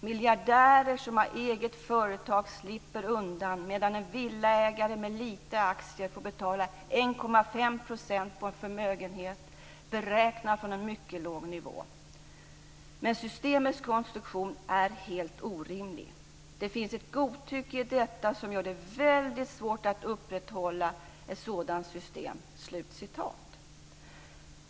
Miljardärer som har eget företag slipper undan medan en villaägare med lite aktier får betala 1,5 % på en förmögenhet beräknad från en mycket låg nivå. Men systemets konstruktion är helt orimlig. Det finns ett godtycke i detta som gör det väldigt svårt att upprätthålla ett sådant system.